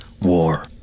war